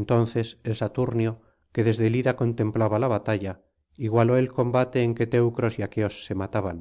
entonces el saturnio que desde el ida contemplaba la batalla igualó el combate en que teucros y aqueos se mataban